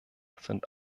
sind